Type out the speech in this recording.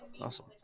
awesome